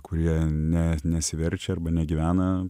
kurie net nesiverčia arba negyvena